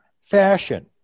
fashion